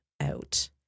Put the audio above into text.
out